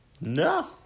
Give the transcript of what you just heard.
No